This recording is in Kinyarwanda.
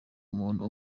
umuntu